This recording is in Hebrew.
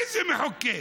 איזה מחוקק?